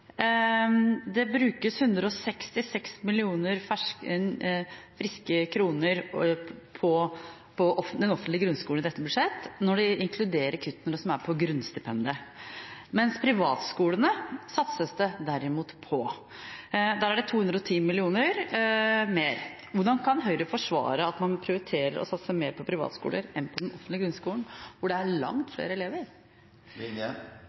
Det brukes 166 millioner friske kroner på den offentlige grunnskolen i dette budsjett, når en inkluderer kuttene i grunnstipendet – mens privatskolene, derimot, satses det på. Der er det 210 mill. kr mer. Hvordan kan Høyre forsvare at man prioriterer å satse mer på privatskoler enn på den offentlige grunnskolen, hvor det er langt flere elever?